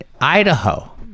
Idaho